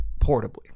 portably